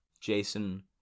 Jason